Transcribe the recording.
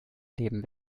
leben